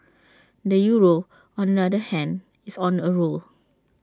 the euro on the other hand is on A roll